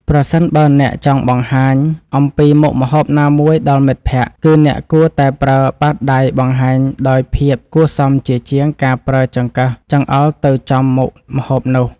ប្រសិនបើអ្នកចង់បង្ហាញអំពីមុខម្ហូបណាមួយដល់មិត្តភក្តិ គឺ អ្នកគួរតែប្រើបាតដៃបង្ហាញដោយភាពគួរសមជាជាងការប្រើចង្កឹះចង្អុលចំទៅមុខម្ហូបនោះ។